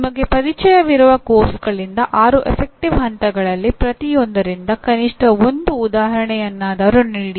ನಿಮಗೆ ಪರಿಚಯವಿರುವ ಪಠ್ಯಕ್ರಮಗಳಿಂದ ಆರು ಗಣನ ಹಂತಗಳಲ್ಲಿ ಪ್ರತಿಯೊಂದರಿಂದ ಕನಿಷ್ಠ ಒಂದು ಉದಾಹರಣೆಯನ್ನಾದರೂ ನೀಡಿ